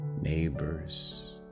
neighbors